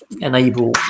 enable